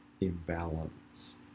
imbalance